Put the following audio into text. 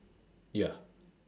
ya